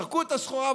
זרקו את הסחורה,